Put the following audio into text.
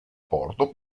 porto